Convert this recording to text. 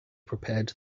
prepared